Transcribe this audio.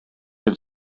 had